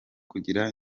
kugira